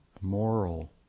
moral